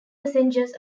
passengers